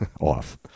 off